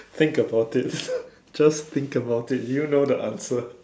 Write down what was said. think about it just think about it you know the answer